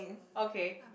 okay